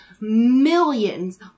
millions